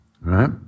right